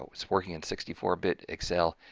it's working in sixty four bit excel.